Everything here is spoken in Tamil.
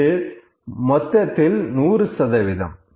இது மொத்தத்தில் 100 சதவீதம்